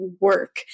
work